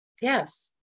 Yes